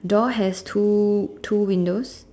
door has two two windows